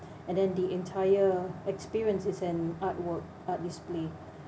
and then the entire experience is an artwork art display